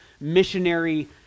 missionary